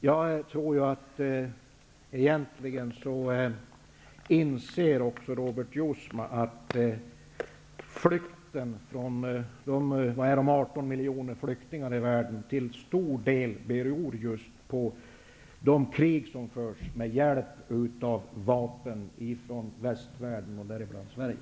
Jag tror att även Robert Jousma egentligen inser att flykten av 18 miljoner människor i världen till stor del beror på de krig som förs med hjälp av de vapen som kommer från västvärlden, däribland Sverige.